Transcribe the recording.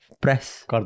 press